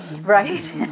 right